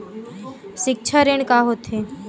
सिक्छा ऋण का होथे?